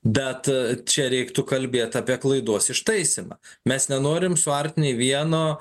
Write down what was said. bet čia reiktų kalbėt apie klaidos ištaisymą mes nenorim suart nei vieno